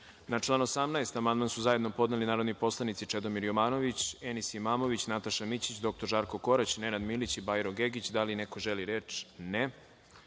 član 17. amandman su zajedno podneli narodni poslanici Čedomir Jovanović, Enis Imamović, Nataša Mićić, dr Žarko Korać, Nenad Milić i Bajro Gegić. Da li neko želi reč?